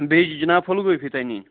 بیٚیہِ چھِ جِناب پھُل گوٗبی تۄہہِ نِنۍ